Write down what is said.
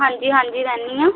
ਹਾਂਜੀ ਹਾਂਜੀ ਰਹਿੰਦੀ ਹਾਂ